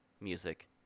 music